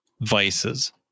vices